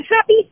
happy